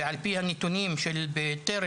ועל פי הנתונים של בטרם,